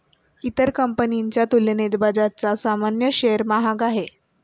इतर कंपनीच्या तुलनेत बजाजचा सामान्य शेअर महाग आहे